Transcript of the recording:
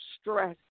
stress